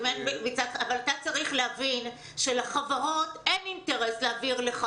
אבל אתה צריך להבין שלחברות אין אינטרס להעביר לך